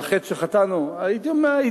על חטא שחטאנו, הייתי אומר: